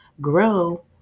grow